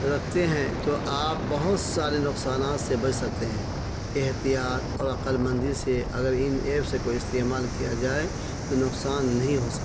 رکھتے ہیں تو آپ بہت سارے نقصانات سے بچ سکتے ہیں احتیاط اور عقل مندی سے اگر ان ایپس کو استعمال کیا جائے تو نقصان نہیں ہو سکتا